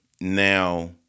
Now